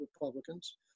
Republicans